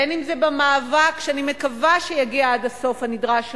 בין שזה במאבק שאני מקווה שיגיע עד הסוף הנדרש שלו,